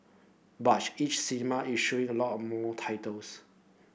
but each cinema is showing a lot more titles